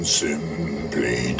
simply